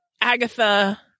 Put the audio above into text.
Agatha